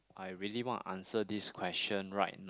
I really want to answer this question right